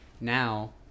Now